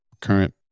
current